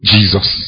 Jesus